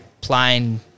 plain